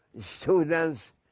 students